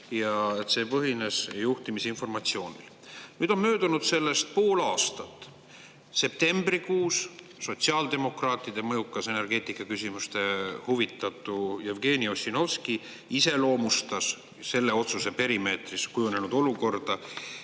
ja see põhines juhtimisinformatsioonil. Nüüd on möödunud sellest pool aastat. Septembrikuus sotsiaaldemokraatide mõjukas energeetikaküsimustest huvitatu Jevgeni Ossinovski iseloomustas selle otsuse perimeetris kujunenud olukorda